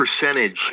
percentage